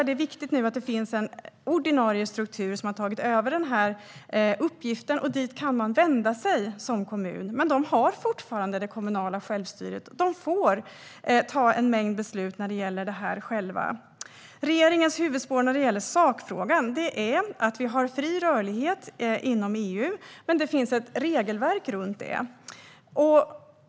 Det är viktigt att det nu finns en ordinarie struktur som har tagit över denna uppgift, och dit kan kommunerna vända sig. Men de har fortfarande det kommunala självstyret. De får fatta en mängd beslut själva när det gäller detta. Regeringens huvudspår när det gäller sakfrågan är att vi har fri rörlighet inom EU, men det finns ett regelverk runt det.